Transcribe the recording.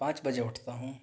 پانچ بجے اٹھتا ہوں